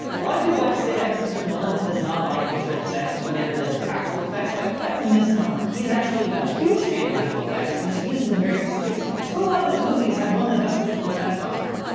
a lot of people like to say that christopher nolan does not like visual effects he only ever does practical effects. but that's a misnomer. he's actually a huge fan of visual effects. he just uses them very specifically. two of his movies have won the best visual effects oscar!